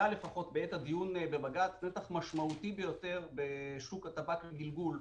ל"דובק" בעת הדיון בבג"ץ היה רווח משמעותי ביותר בשוק הטבק לגלגול,